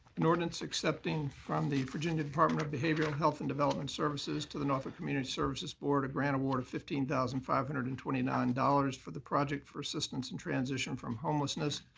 an ordinance accepting from the virginia department of behavioral health and development services to the norfolk community services board a grant award of fifteen thousand five hundred and twenty nine dollars for the project for assistance in transition from homelessness,